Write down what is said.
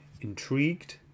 intrigued